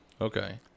Okay